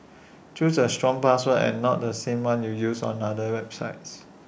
choose A strong password and not the same one you use on other websites